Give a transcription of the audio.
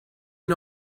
and